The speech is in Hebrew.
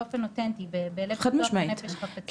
באופן אותנטי ובלב פתוח ונפש חפצה.